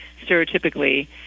stereotypically